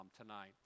tonight